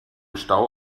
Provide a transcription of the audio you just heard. stau